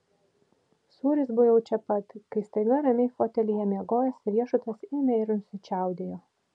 sūris buvo jau čia pat kai staiga ramiai fotelyje miegojęs riešutas ėmė ir nusičiaudėjo